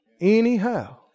Anyhow